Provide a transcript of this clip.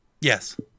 Yes